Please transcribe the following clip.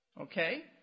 Okay